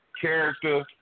character